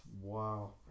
Wow